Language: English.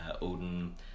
Odin